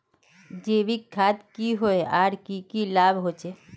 जैविक खाद की होय आर की की लाभ होचे?